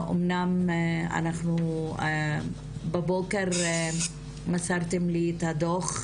אמנם אנחנו בבוקר מסרתם לי את הדוח,